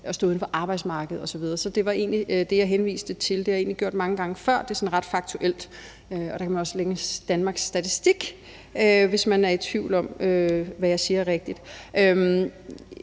at stå uden for arbejdsmarkedet osv. Det var egentlig det, jeg henviste til, og det har jeg gjort mange gange før – det er ret faktuelt, og man kan også læse det hos Danmarks Statistik, hvis man er i tvivl om, hvorvidt det, jeg siger, er rigtigt.